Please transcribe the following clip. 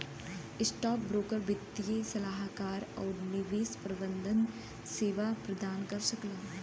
stockbroker वित्तीय सलाहकार आउर निवेश प्रबंधन सेवा प्रदान कर सकला